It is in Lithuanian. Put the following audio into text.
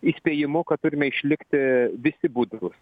įspėjimu kad turime išlikti visi budrūs